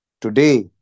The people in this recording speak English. Today